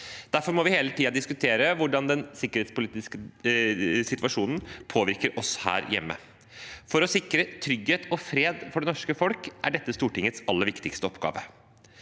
Derfor må vi hele tiden diskutere hvordan den sikkerhetspolitiske situasjonen påvirker oss her hjemme. For å sikre trygghet og fred for det norske folk er dette stortingets aller viktigste oppgave.